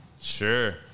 Sure